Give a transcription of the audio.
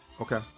Okay